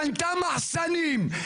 קנתה מחסנים,